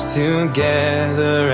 together